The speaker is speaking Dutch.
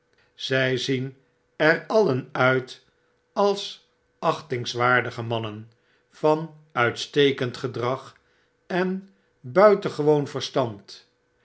zy zien er alien uit als achtingswaardige mannen van uitstekend gedrag en buitengewoon verstand